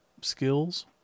skills